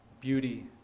beauty